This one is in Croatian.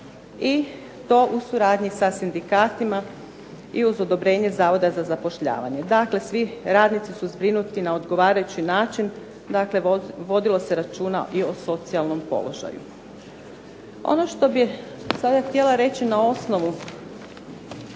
i to u suradnji sa sindikatima i uz odobrenje Zavoda za zapošljavanje. Dakle, svi radnici su zbrinuti na odgovarajući način. Dakle, vodilo se računa i o socijalnom položaju. Ono što bih sada htjela reći na osnovu